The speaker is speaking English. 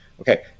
Okay